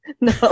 no